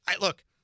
look